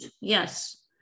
yes